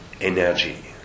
energy